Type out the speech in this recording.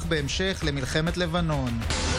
תודה.